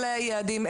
אלה היעדים,